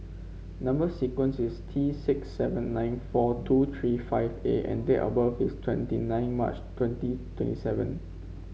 number sequence is T six seven nine four two three five A and date of birth is twenty nine March twenty twenty seven